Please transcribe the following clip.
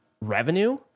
revenue